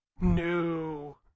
No